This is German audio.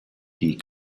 die